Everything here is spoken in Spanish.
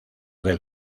del